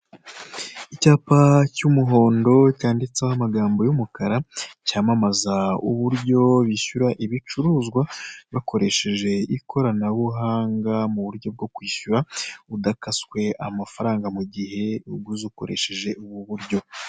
Icyapa cy'umuhondo cyanditseho amagambo y'umukara cyamamaza uburyo bishyura ibicuruzwa bakoresheje ikoranabuhanga mu buryo bwo kwishyura udakaswe amafaranga mu gihe uguze ukoresheje ubu buryo.